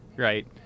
Right